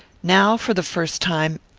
now, for the first time,